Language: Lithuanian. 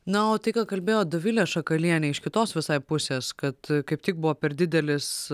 na o tai ką kalbėjo dovilė šakalienė iš kitos visai pusės kad kaip tik buvo per didelis